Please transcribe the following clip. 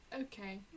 okay